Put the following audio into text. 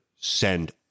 send